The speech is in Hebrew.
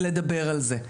ולדבר על זה.